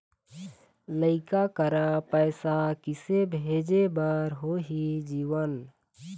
लइका करा पैसा किसे भेजे बार होही जीवन